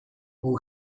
who